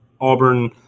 Auburn